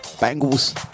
bangles